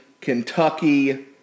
Kentucky